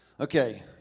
okay